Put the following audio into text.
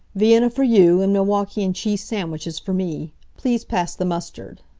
vienna for you, and milwaukee and cheese sandwiches for me. please pass the mustard.